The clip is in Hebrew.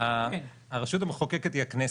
-- הרשות המחוקקת היא הכנסת.